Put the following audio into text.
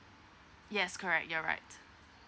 yes correct you're right